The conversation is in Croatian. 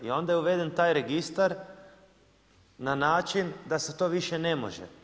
I onda je uveden taj registar na način da se to više ne može.